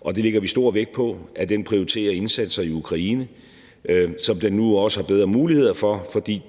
og vi lægger stor vægt på, at den prioriterer indsatser i Ukraine, hvilket den nu også har bedre muligheder for,